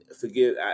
forgive